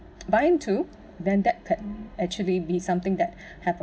bind to then that can actually be something that happen